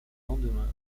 lendemain